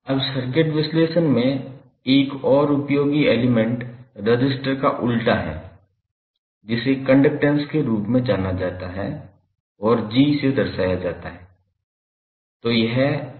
अब सर्किट विश्लेषण में एक और उपयोगी एलिमेंट रजिस्टर का उल्टा है जिसे कंडक्टैंस के रूप में जाना जाता है और G से दर्शाया जाता है